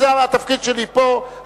התפקיד שלי פה,